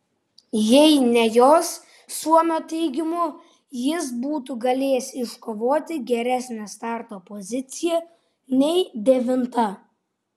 jei ne jos suomio teigimu jis būtų galėjęs iškovoti geresnę starto poziciją nei devinta